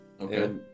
Okay